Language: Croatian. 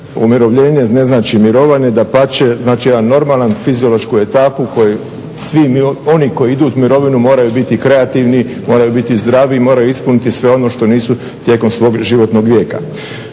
umirovljenje ne znači mirovanje, dapače, znači jednu normalnu fiziološku etapu koji svi oni koji idu u mirovinu moraju biti kreativni, moraju biti zdravi, moraju ispuniti sve ono što nisu tijekom svog životnog lijeka.